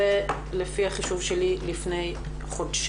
שלפי החישוב שלי זה לפני חודשיים,